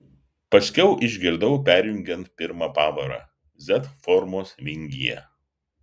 paskiau išgirdau perjungiant pirmą pavarą z formos vingyje